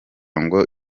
ngo